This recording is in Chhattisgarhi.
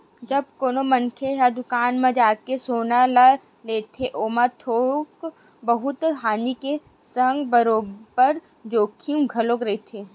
जब कोनो मनखे ह दुकान म जाके सोना ल लेथे ओमा थोक बहुत हानि के संग बरोबर जोखिम घलो रहिथे